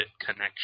connection